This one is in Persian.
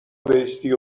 بایستی